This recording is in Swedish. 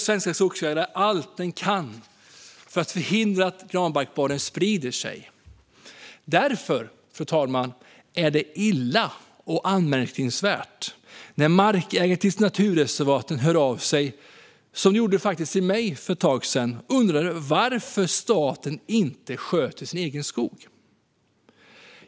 Svenska skogsägare gör allt de kan för att förhindra att granbarkborren sprider sig. Därför, fru talman, är det illa och anmärkningsvärt när markägare till naturreservat hör av sig - som de gjorde till mig för ett tag sedan - och undrar varför staten inte sköter sin egen skog.